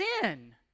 Sin